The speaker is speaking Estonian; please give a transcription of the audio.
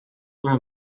kohe